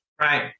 Right